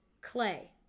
Clay